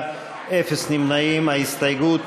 ההסתייגות